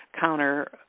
counter